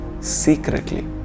secretly